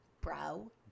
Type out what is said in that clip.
bro